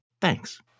Thanks